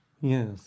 Yes